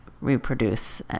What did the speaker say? reproduce